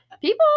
People